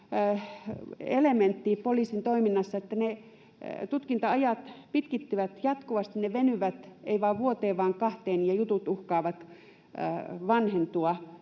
elementti poliisin toiminnassa, että ne tutkinta-ajat pitkittyvät jatkuvasti. Ne venyvät ei vain vuoteen vaan kahteen, ja jutut uhkaavat vanhentua